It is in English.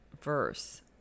verse